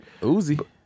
Uzi